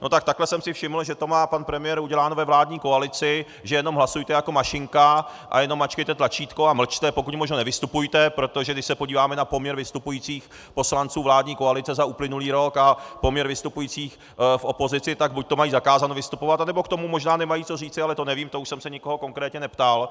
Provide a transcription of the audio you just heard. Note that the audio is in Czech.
No tak takhle jsem si všiml, že to má pan premiér uděláno ve vládní koalici, že jenom hlasujte jako mašinka a jenom mačkejte tlačítko a mlčte, pokud možno nevystupujte, protože když se podíváme na poměr vystupujících poslanců vládní koalice za uplynulý rok a poměr vystupujících v opozici, tak buďto mají zakázáno vystupovat, anebo k tomu možná nemají co říci, ale to nevím, to už jsem se nikoho konkrétně neptal.